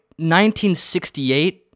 1968